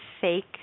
fake